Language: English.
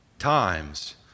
times